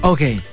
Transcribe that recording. Okay